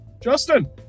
Justin